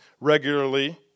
regularly